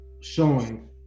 showing